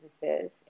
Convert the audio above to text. businesses